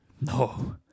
No